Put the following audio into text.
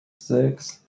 Six